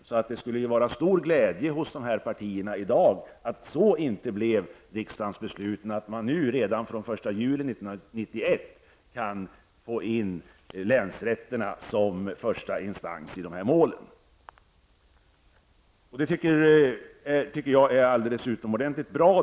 Därför borde det glädja dessa partier att detta inte blev riksdagens beslut. I stället kan man redan från den första juli i år få in länsrätterna som första instans i dessa mål. Det tycker jag är alldeles utomordentligt bra.